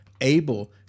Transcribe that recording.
able